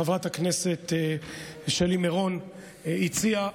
חברת הכנסת שלי מירון הציעה,